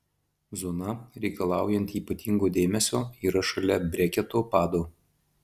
zona reikalaujanti ypatingo dėmesio yra šalia breketo pado